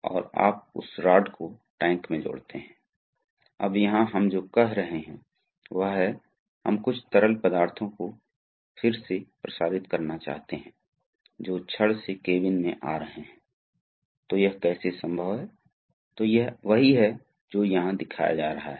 कभी कभी हम स्थानांतरित कर सकते हैं मेरा मतलब है कि हम घूर्णी गति को रैखिक गति में परिवर्तित कर सकते हैं आप लीड स्क्रू जैसी चीजों को जानते हैं